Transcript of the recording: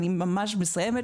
אני ממש מסיימת.